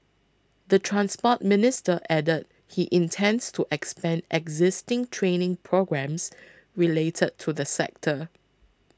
the Transport Minister added he intends to expand existing training programmes related to the sector